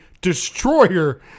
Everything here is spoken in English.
destroyer